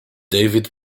david